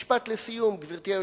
משפט לסיום, גברתי היושבת-ראש.